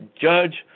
Judge